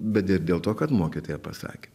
bet ir dėl to kad mokytoja pasakė